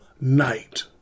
night